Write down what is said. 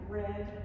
red